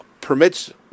permits